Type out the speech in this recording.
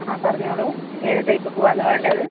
ആ പറഞ്ഞോളൂ ഏത് ടൈപ്പ് പൂവാണ് വേണ്ടത്